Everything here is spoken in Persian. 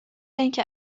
اینکه